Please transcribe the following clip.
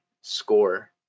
score